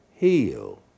heal